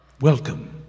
Welcome